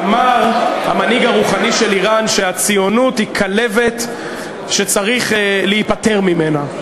אמר המנהיג הרוחני של איראן שהציונות היא כלבת שצריך להיפטר ממנה.